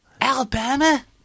Alabama